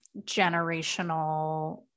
generational